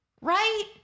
right